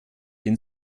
den